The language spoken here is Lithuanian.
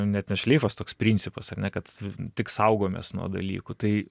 net ne šleifas toks principas ar ne kad tik saugomės nuo dalykų tai